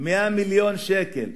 100 מיליון שקל